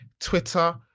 Twitter